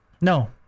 No